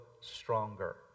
stronger